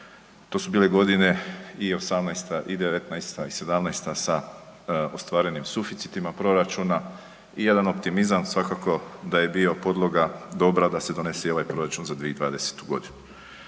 To su bile godine i '18. i '19. i '17. sa ostvarenim suficitima proračuna i jedan optimizam svakako da je bio podloga dobra da se donese i ovaj proračun za 2020. g.